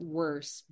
worse